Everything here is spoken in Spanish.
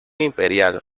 imperial